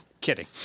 Kidding